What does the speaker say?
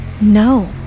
No